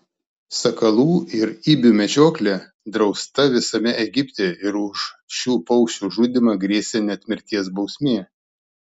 sakalų ir ibių medžioklė drausta visame egipte ir už šių paukščių žudymą grėsė net mirties bausmė